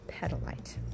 petalite